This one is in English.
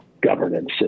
governance